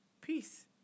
peace